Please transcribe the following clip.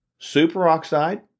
superoxide